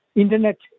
internet